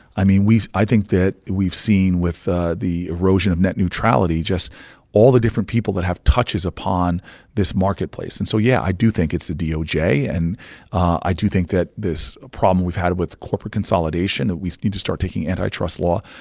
i mean, we've i think that we've seen, with ah the erosion of net neutrality, just all the different people that have touches upon this marketplace. and so, yeah, i do think it's the doj, and i do think that this problem we've had with corporate consolidation we need to start taking antitrust law